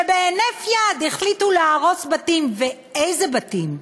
שבהינף יד החליטו להרוס בתים, ואיזה בתים,